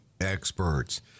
experts